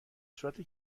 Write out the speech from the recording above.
صورت